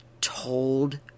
told